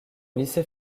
lycée